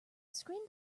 screen